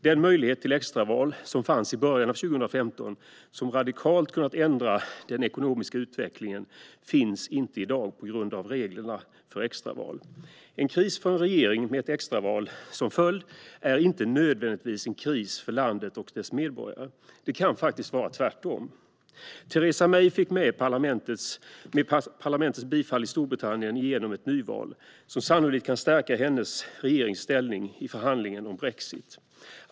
Den möjlighet till extraval som fanns i början av 2015, som radikalt hade kunnat ändra den ekonomiska utvecklingen, finns inte i dag på grund av reglerna för extraval. En kris för en regering med ett extraval som följd är inte nödvändigtvis en kris för landet och dess medborgare. Det kan faktiskt vara tvärtom. Theresa May i Storbritannien fick med parlamentets bifall igenom ett nyval, som sannolikt kan stärka hennes regerings ställning i förhandlingen om brexit.